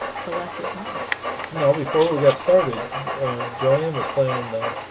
collect as much know before we got started joanne was playing the